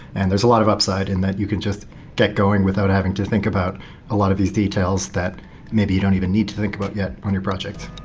and there's a lot of upside and that you can just get going without having to think about a lot of these details that maybe you don't even need to think about yet on your project.